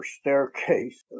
staircase